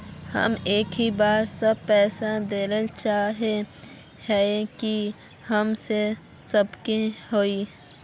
हम एक ही बार सब पैसा देल चाहे हिये की हम दे सके हीये?